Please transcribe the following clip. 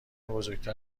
بزرگتر